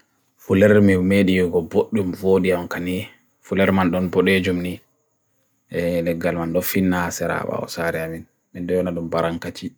Fuler me mediyo go bot dum fodyan kane. Fuler mandon po lejumni. Eh, negal mando finna asera ba osare amin. Me deon adum barang kachi.